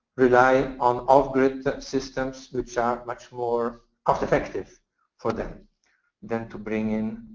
rely on off-grid systems, which are much more cost effective for them than to bring in